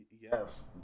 Yes